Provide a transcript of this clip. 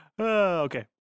Okay